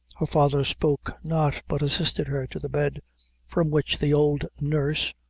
her father spoke not, but assisted her to the bed from which the old nurse,